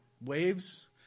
waves